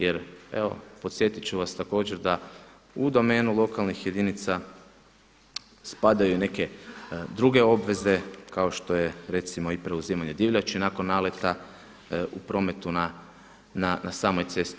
Jer evo podsjetit ću vas također da u domenu lokalnih jedinica spadaju i neke druge obveze kao što je recimo i preuzimanje divljači nakon naleta u prometu na samoj cesti.